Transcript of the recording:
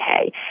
okay